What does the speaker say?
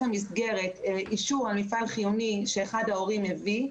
המסגרת אישור על מפעל חיוני שאחד ההורים הביא,